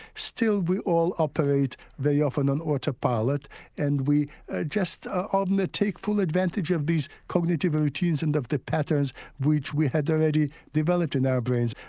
still we all operate very often on auto-pilot and we just um and take full advantage of these cognitive routines and of the patterns which we had already developed in our brains.